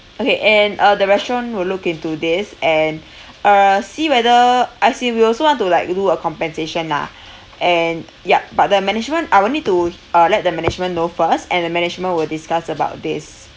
okay and uh the restaurant will look into this and uh see whether as in we also want to like do a compensation lah and yup but the management I will need to uh let the management know first and the management will discuss about this